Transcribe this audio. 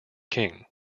king